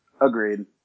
Agreed